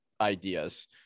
ideas